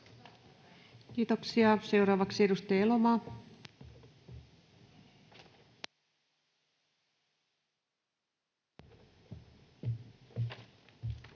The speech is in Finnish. Kiitoksia. — Seuraavaksi edustaja Elomaa. Arvoisa